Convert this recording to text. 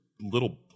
little